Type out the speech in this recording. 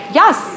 yes